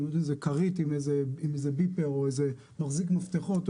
זה כרית עם איזה ביפר או מחזיק מפתחות,